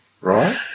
Right